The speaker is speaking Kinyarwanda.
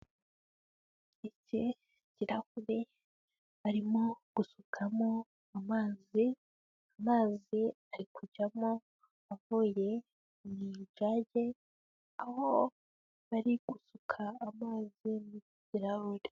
Igihe kirahure arimo gusukamo amazi ,amazi ari kujyamo avuye mu ijage ,aho bari gusuka amazi mu kirahure.